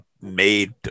made